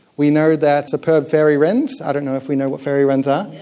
we know that superb fairy wrens, i don't know if we know what fairy wrens are,